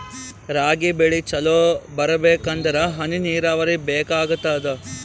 ರಾಗಿ ಬೆಳಿ ಚಲೋ ಬರಬೇಕಂದರ ಹನಿ ನೀರಾವರಿ ಬೇಕಾಗತದ?